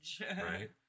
Right